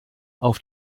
auf